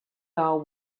are